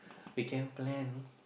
we can plan